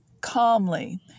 calmly